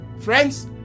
Friends